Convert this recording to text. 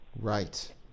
Right